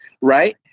right